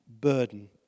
burden